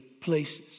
places